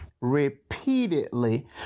repeatedly